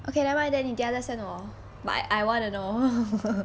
okay nevermind then 你等一下 send 我 but I wanna know